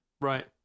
right